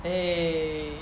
eh